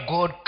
God